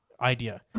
idea